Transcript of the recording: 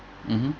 mmhmm